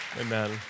Amen